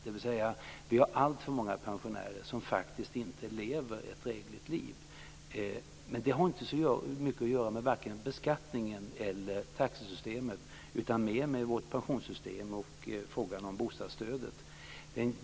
Det betyder att vi har alltför många pensionärer som inte lever ett drägligt liv. Men det har inte så mycket att göra med vare sig beskattningen eller taxesystemet utan med vårt pensionssystem och utformningen av bostadsstödet.